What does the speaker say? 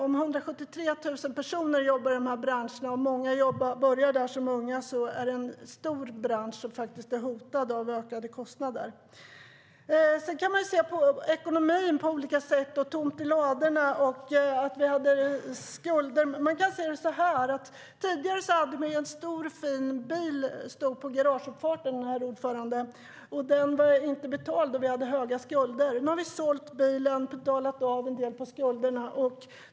Om 173 000 personer jobbar i dessa branscher, och många börjar där som unga, är det en stor bransch som faktiskt är hotad av ökade kostnader. Man kan naturligtvis se på ekonomin på olika sätt och tala om att det är tomt i ladorna och att vi hade skulder. Exempelvis kan man se det på följande sätt: Tidigare hade vi en stor fin bil som stod på garageuppfarten. Den var inte betald, och vi hade höga skulder. Nu har vi sålt bilen och betalat av en del på skulderna.